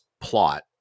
plot